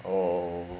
oh